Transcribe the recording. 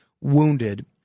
wounded